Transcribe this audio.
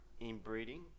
inbreeding